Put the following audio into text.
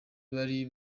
bari